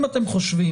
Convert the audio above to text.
אם אתם חושבים